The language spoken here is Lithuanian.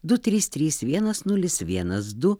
dy trys trys vienas nulis vienas du